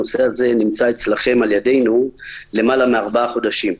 הנושא הזה נמצא אצלכם למעלה מארבעה חודשים.